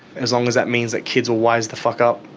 as long as that means that kids will wise the fuck up